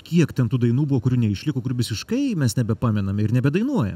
kiek ten tų dainų buvo kūrių neišliko kur visiškai mes nebepamename ir nebedainuoja